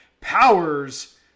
Powers